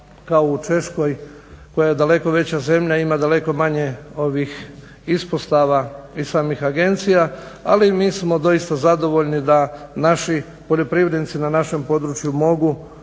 kao u Češkoj koja je daleko veća zemlja ima daleko manje ovih ispostava i samih agencija. Ali mi smo doista zadovoljni da naši poljoprivrednici na našem području mogu